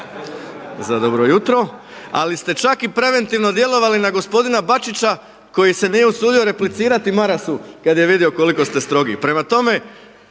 za dobro jutro, ali ste čak i preventivno djelovali na gospodina Bačića koji se nije usudio replicirati Marasu kad je vidio koliko ste strogi. Prema tome,